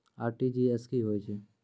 RTGS की होय छै?